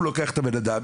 הוא לוקח את הבן אדם,